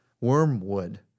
Wormwood